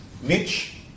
Mitch